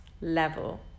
level